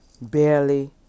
barely